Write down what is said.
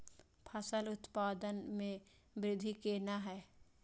फसल उत्पादन में वृद्धि केना हैं?